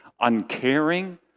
uncaring